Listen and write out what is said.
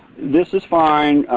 this is fine.